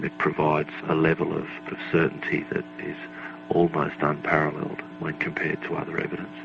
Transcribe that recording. it provides a level of certainty that almost unparalleled when compared to other evidence.